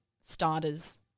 starters